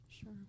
Sure